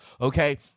Okay